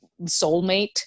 soulmate